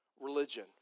religion